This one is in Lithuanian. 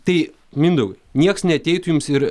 tai mindaugai nieks neateitų jums ir